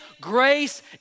grace